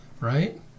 right